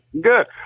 Good